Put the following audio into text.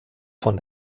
von